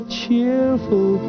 cheerful